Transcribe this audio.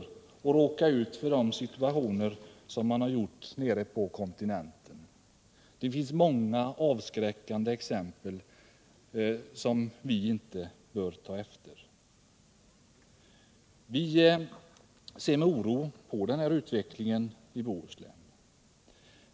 att råka in i de situationer som man har hamnat i nere på kontinenten. Det finns många avskräckande exempel, som vi inte bör ta efter. Vi ser med oro på utvecklingen i Bohuslän.